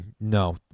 no